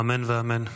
אמן ואמן.